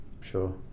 sure